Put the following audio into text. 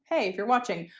hey if you're watching.